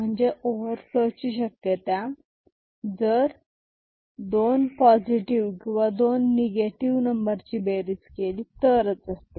म्हणजे ओवरफ्लो ची शक्यता जर दोन नंबर किंवा दोन निगेटिव्ह नंबर ची बेरीज केली तरच असते